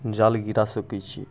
जाल गिरा सकै छियै